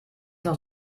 noch